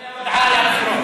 אחרי ההודעה על הבחירות.